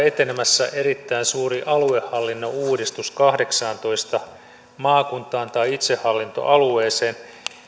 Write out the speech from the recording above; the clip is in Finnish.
etenemässä erittäin suuri aluehallinnon uudistus kahdeksaantoista maakuntaan tai itsehallintoalueeseen